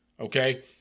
Okay